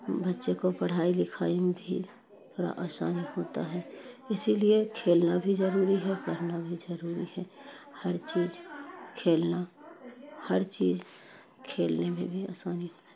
بچے کو پڑھائی لکھائی میں بھی تھوڑا آسانی ہوتا ہے اسی لیے کھیلنا بھی ضروری ہے پڑھنا بھی ضروری ہے ہر چیز کھیلنا ہر چیز کھیلنے میں بھی آسانی ہونا